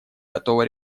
готова